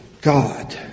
God